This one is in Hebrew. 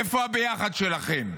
איפה הביחד שלכם?